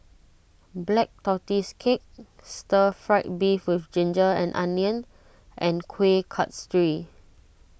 Black Tortoise Cake Stir Fried Beef with Ginger A Onions and Kuih Kasturi